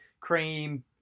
cream